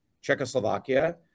Czechoslovakia